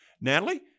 Natalie